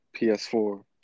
PS4